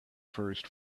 first